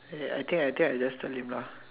I I think I think I just tell him lah